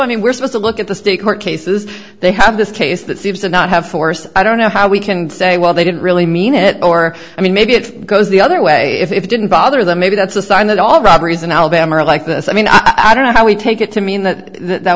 i mean we're supposed to look at the state court cases they have this case that seems to not have forced i don't know how we can say well they didn't really mean it or i mean maybe it goes the other way if it didn't bother them maybe that's a sign that all robberies in alabama are like this i mean i don't know how we take it to mean that that